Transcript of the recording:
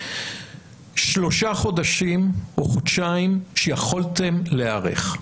שלושה חודשים או חודשיים שיכולתם להיערך,